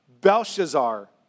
Belshazzar